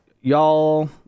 y'all